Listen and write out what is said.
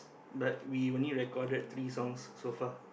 but we only recorded three songs so far